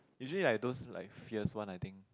usually like those like fierce one I think